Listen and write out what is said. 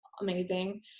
amazing